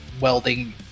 welding